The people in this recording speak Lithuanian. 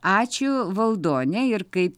ačiū valdone ir kaip